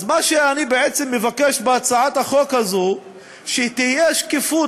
אז מה שאני בעצם מבקש בהצעת החוק הזאת הוא שתהיה שקיפות,